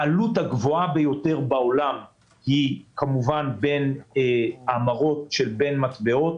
העלות הגבוהה ביותר בעולם היא כמובן בהמרות בין מטבעות.